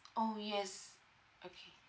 !ow! yes okay